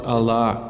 Allah